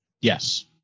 Yes